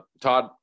Todd